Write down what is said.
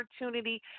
opportunity